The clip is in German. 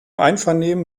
einvernehmen